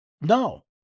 No